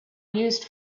used